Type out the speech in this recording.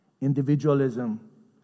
Individualism